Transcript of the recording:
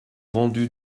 vendu